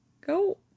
go